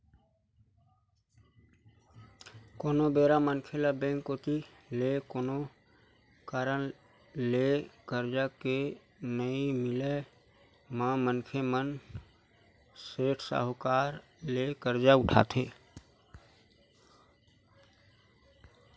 कोनो बेरा मनखे ल बेंक कोती ले कोनो कारन ले करजा के नइ मिलब म मनखे मन ह सेठ, साहूकार करा ले करजा उठाथे